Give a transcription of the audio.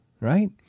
right